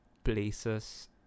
Places